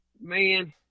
Man